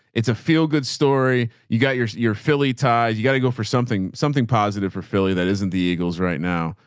it's a feel good story. you got your, your philly ties. you got to go for something, something positive for philly. that isn't the eagles right now.